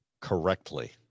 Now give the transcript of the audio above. correctly